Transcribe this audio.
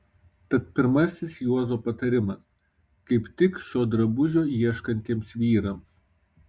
tad pirmasis juozo patarimas kaip tik šio drabužio ieškantiems vyrams